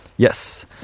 Yes